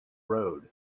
road